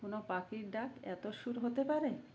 কোনো পখির ডাক এত সুর হতে পারে